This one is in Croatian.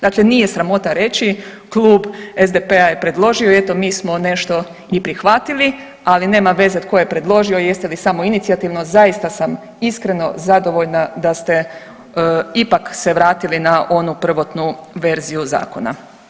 Dakle, nije sramota reći Klub SDP-a je predložio i eto mi smo nešto i prihvatili, ali nema veze tko je predložio, jeste li samoinicijativno, zaista sam iskreno zadovoljna da ste ipak se vratili na onu prvotnu verziju zakona.